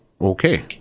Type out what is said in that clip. Okay